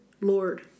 Lord